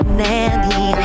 nanny